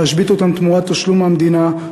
להשבית אותם תמורת תשלום מהמדינה,